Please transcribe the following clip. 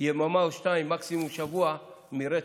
יממה או שתיים, מקסימום שבוע, מרצח,